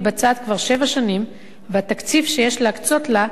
והתקציב שיש להקצות לה ידוע וברור,